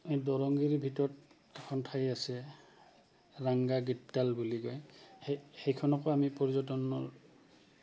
এই দৰংগিৰীৰ ভিতৰত এখন ঠাই আছে ৰাংগা গীততাল বুলি কয় সেই সেইখনকো আমি পৰ্যটনৰ